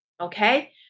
Okay